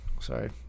Sorry